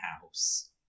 house